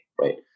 Right